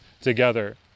together